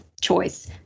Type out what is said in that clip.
choice